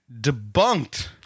Debunked